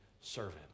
servant